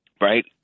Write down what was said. right